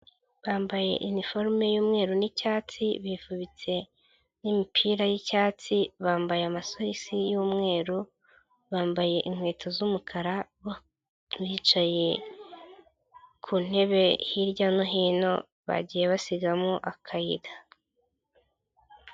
Bambaye iniforume y'umweru n'icyatsi bifubitse n'imipira y'icyatsi, bambaye amasogisi y'umweru, bambaye inkweto z'umukara, bicaye ku ntebe hirya no hino bagiye basigamo akayira.